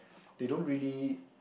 they don't really